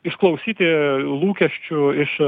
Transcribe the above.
išklausyti lūkesčių iš